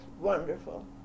wonderful